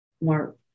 more